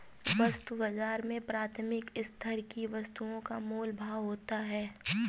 वस्तु बाजार में प्राथमिक स्तर की वस्तुओं का मोल भाव होता है